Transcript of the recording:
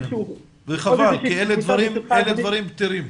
חבל, כי אלה דברים פתירים.